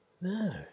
No